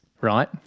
Right